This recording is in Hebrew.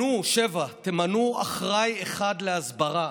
7. תמנו אחראי אחד להסברה.